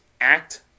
act